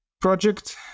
project